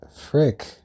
Frick